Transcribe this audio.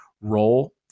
role